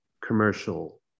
commercial